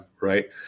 Right